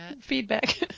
feedback